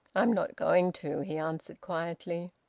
i'm not going to, he answered quietly.